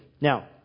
Now